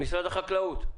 משרד החקלאות.